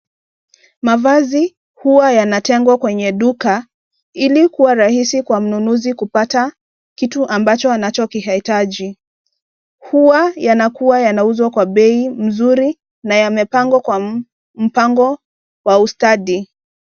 Mavazi huwa yanatengwa kwenye duka, ili kuwa rahisi kwa mnunuzi kupata kitu ambacho anacho kihitaji. Huwa yanakuwa yanauzwa kwa bei mzuri na yamepangwa kwa mpango wa ustadi.